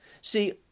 See